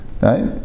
right